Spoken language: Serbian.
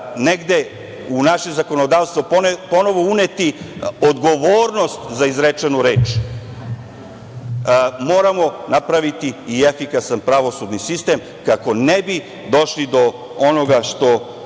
negde u naše zakonodavstvo ponovo uneti odgovornost za izrečenu reč, moramo napraviti i efikasan pravosudni sistem kako ne bi došli do onoga što